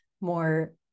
more